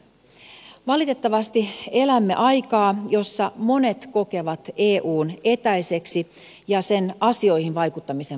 valitettavasti elämme aikaa jossa monet kokevat eun etäiseksi ja sen asioihin vaikuttamisen vaikeaksi